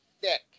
thick